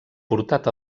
portat